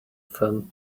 fun